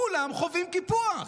כולם חווים קיפוח.